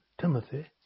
Timothy